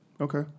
Okay